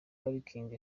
parikingi